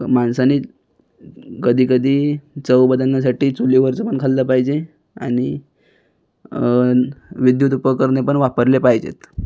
माणसांनी कधी कधी चव बदलण्यासाठी चुलीवरचं पण खाल्लं पाहिजे आणि विद्द्युत उपकरणे पण वापरले पाहिजेत